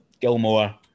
Gilmore